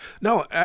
No